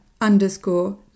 underscore